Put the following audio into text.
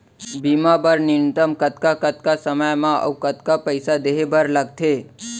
बीमा बर न्यूनतम कतका कतका समय मा अऊ कतका पइसा देहे बर लगथे